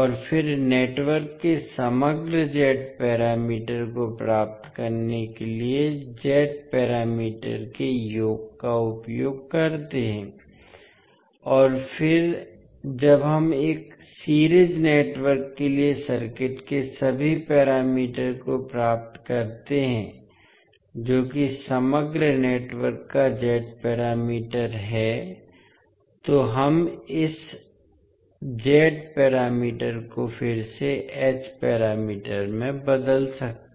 और फिर नेटवर्क के समग्र z पैरामीटर को प्राप्त करने के लिए z पैरामीटर के योग का उपयोग करते हैं और फिर जब हम एक सीरीज नेटवर्क के लिए सर्किट के सभी पैरामीटर को प्राप्त करते हैं जो कि समग्र नेटवर्क का z पैरामीटर है तो हम इस z पैरामीटर को फिर से h पैरामीटर में बदल सकते हैं